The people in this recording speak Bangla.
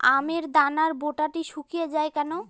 আমের দানার বোঁটা শুকিয়ে য়ায় কেন?